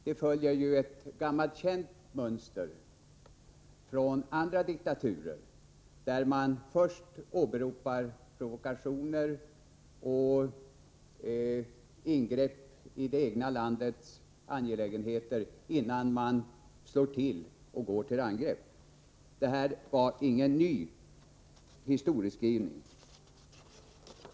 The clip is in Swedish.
Den historieskrivningen följer ett gammalt känt mönster från andra diktaturer: Först åberoper man provokationer och inblandning i det egna landets angelägenheter, och sedan slår man till och går till angrepp. Det är inget nytt.